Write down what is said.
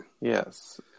Yes